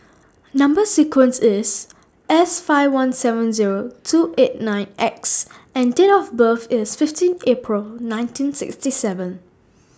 Number sequence IS S five one seven Zero two eight nine X and Date of birth IS fifteen April nineteen sixty seven